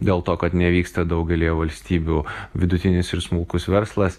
dėl to kad nevyksta daugelyje valstybių vidutinis ir smulkus verslas